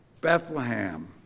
Bethlehem